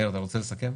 מאיר, אתה רוצה לסכם?